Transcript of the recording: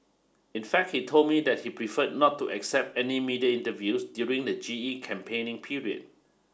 in fact he told me that he preferred not to accept any media interviews during the G E campaigning period